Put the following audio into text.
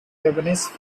lebanese